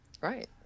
Right